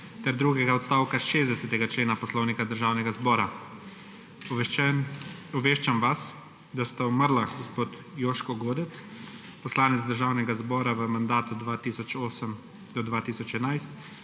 ter drugega odstavka 60. člena Poslovnika Državnega zbora. Obveščam vas, da sta umrla gospod Joško Godec, poslanec Državnega zbora v mandatu 2008−2011,